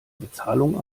bezahlung